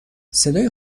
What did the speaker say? صدای